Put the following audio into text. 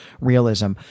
realism